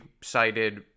cited